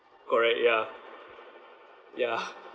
correct ya ya